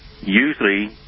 usually